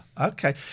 Okay